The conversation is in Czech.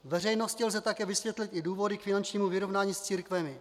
Veřejnosti lze vysvětlit i důvody k finančnímu vyrovnání s církvemi.